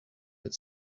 but